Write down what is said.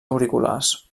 auriculars